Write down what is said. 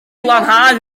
lanhau